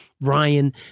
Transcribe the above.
Ryan